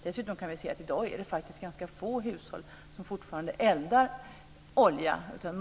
Dessutom kan vi se att det i dag faktiskt är ganska få hushåll som fortfarande eldar med olja.